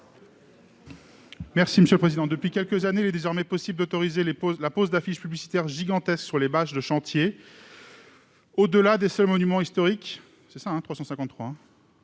est à M. Thomas Dossus. Depuis quelques années, il est désormais possible d'autoriser la pose d'affiches publicitaires gigantesques sur les bâches de chantier, au-delà des seuls monuments historiques. Un nouvel